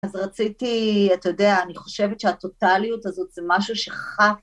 אז רציתי, אתה יודע, אני חושבת שהטוטליות הזאת זה משהו שכח...